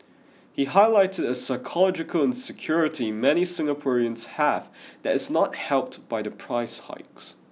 he highlighted a psychological insecurity many Singaporeans have that is not helped by the price hikes